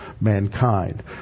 mankind